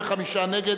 35 נגד,